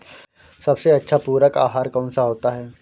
सबसे अच्छा पूरक आहार कौन सा होता है?